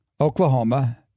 Oklahoma